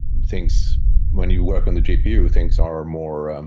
things when you work on the gpu, things are more